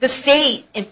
the state and